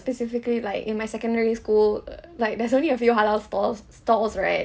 specifically like in my secondary school like err there's only a few halal stall stalls right